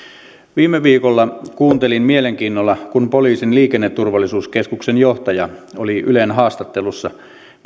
viime viikolla kuuntelin mielenkiinnolla kun poliisin liikenneturvallisuuskeskuksen johtaja oli ylen haastattelussa